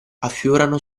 affiorano